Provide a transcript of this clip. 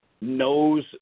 knows